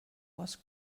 was